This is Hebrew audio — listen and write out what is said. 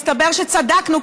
הסתבר שצדקנו,